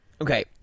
Okay